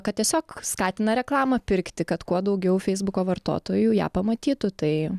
kad tiesiog skatina reklamą pirkti kad kuo daugiau feisbuko vartotojų ją pamatytų tai